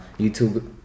YouTube